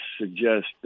suggest